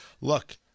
Look